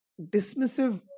dismissive